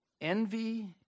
Envy